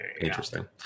Interesting